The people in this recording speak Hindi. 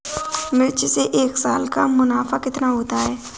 मिर्च से एक साल का मुनाफा कितना होता है?